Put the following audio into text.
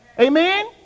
Amen